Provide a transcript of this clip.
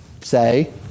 say